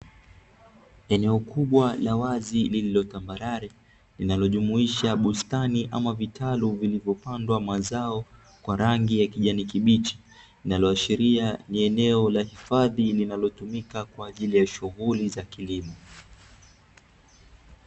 Eneo kubwa la wazi lililo tambarare linalojumuisha bustani ama vitalu vilivyopandwa mazao kwa rangi ya kijani kibichi linaloashiria ni eneo la hifadhi linalotumika kwaajili ya shughuli za kilimo.